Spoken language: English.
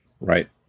Right